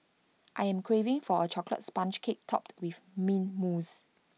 I am craving for A Chocolate Sponge Cake Topped with Mint Mousse